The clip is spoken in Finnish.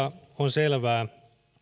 selvää